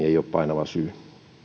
ei ole painava syy